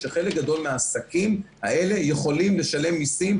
שחלק גדול מהעסקים האלה יכולים לשלם מיסים.